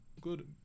good